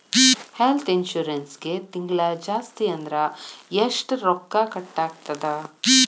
ಹೆಲ್ತ್ಇನ್ಸುರೆನ್ಸಿಗೆ ತಿಂಗ್ಳಾ ಜಾಸ್ತಿ ಅಂದ್ರ ಎಷ್ಟ್ ರೊಕ್ಕಾ ಕಟಾಗ್ತದ?